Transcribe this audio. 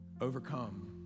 overcome